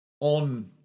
on